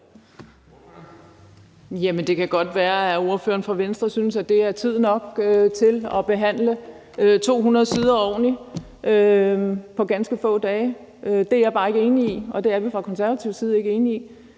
det kan godt være, at ordføreren for Venstre synes, at ganske få dage er tid nok til at behandle 200 sider ordentligt. Det er jeg bare ikke enig i, og det er vi fra Konservatives side ikke enig i.